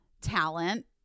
talent